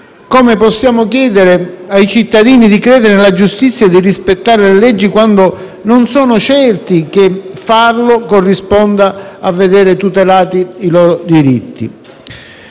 Come possiamo chiedere ai cittadini di credere nella giustizia e di rispettare le leggi quando non sono certi che farlo corrisponda a vedere tutelati i loro diritti?